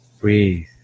Breathe